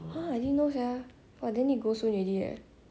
ha I didn't know leh then !wah! need to go soon already leh